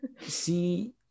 see